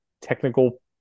technical